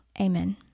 Amen